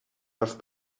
have